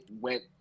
went